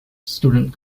student